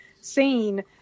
seen